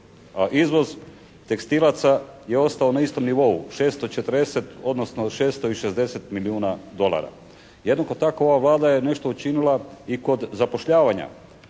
izvoz tekstilaca je ostao na istom nivou, 640 odnosno 660 milijuna dolara. Jednog od takova Vlada je nešto učinila i kod zapošljavanja.